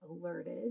alerted